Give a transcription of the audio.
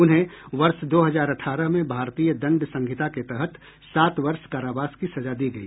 उन्हें वर्ष दो हजार अठारह में भारतीय दंड संहिता के तहत सात वर्ष कारावास की सजा दी गई